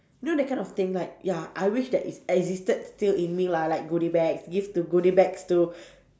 you know that kind of thing like ya I wish that it's existed still in me lah like goody bag give to goody bags to